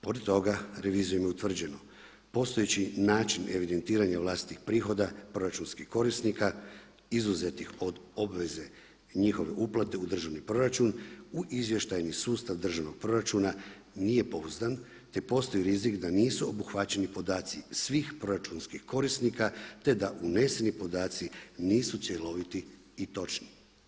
Pored toga, revizijom je utvrđeno postojeći način evidentiranja vlastitih prihoda proračunskih korisnika izuzetih od obveze njihove uplate u državni proračun u izvještajni sustav državnog proračuna nije pouzdan, te postoji rizik da nisu obuhvaćeni podaci svih proračunskih korisnika, te da uneseni podaci nisu cjeloviti i točni.